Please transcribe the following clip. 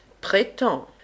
prétend